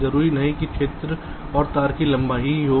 जरूरी नहीं कि क्षेत्र और तार की लंबाई ही हो